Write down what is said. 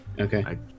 okay